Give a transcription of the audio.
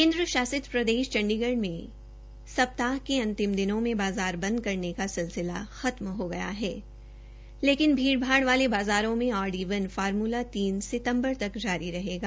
केन्द्र शासित प्रदेश चंडीगढ़ में सप्ताह के अंतिम दिनों में बाज़ार बंद करने का सिलसिला खत्म हो गया है लेकिन भीड़भाड़ वाले बाजारों में औड ईवन फार्मूला तीन सितम्बर तक जारी रहेगा